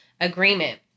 agreement